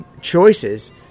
choices